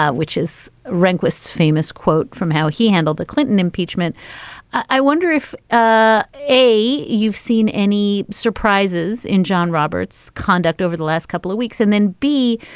ah which is rehnquist's famous quote from how he handled the clinton impeachment i wonder if, a, you've you've seen any surprises in john roberts conduct over the last couple of weeks and then, b,